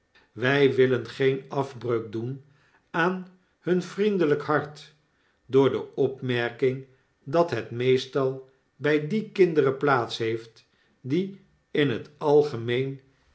toespreken wy willengeen afbreuk doen aan hun vriendelyk hart door de opmerking dat het meestal bij die kinderen plaats heeft die in het algemeen